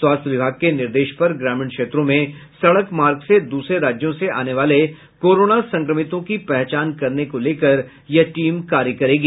स्वास्थ्य विभाग के निर्देश पर ग्रामीण क्षेत्र में सड़क मार्ग से दूसरे राज्यों से आने वाले कोरोना संक्रमितों की पहचान करने को लेकर यह टीम कार्य करेगी